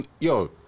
yo